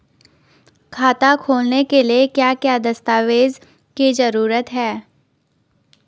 खाता खोलने के लिए क्या क्या दस्तावेज़ की जरूरत है?